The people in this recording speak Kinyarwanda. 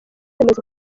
amaze